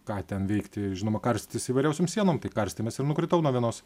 ką ten veikti žinoma karstytis įvairiausiom sienom tai karstėmės ir nukritau nuo vienos